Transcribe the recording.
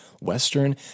Western